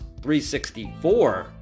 364